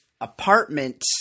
apartment